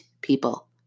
people